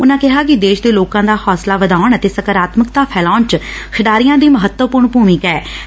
ਉਨਾਂ ਕਿਹਾ ਕਿ ਦੇਸ਼ ਦੇ ਲੋਕਾਂ ਦਾ ਹੋਂਸਲਾ ਵਧਾਉਣ ਅਤੇ ਸਕਾਰਾਤਮਕਤਾ ਫੈਲਾਉਣ ਚ ਖਿਡਾਰੀਆਂ ਦੀ ਮਹੱਤਵਪੁਰਨ ਭੁਮਿਕਾ ਐਂ